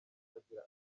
agira